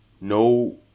no